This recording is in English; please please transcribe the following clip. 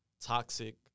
toxic